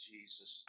Jesus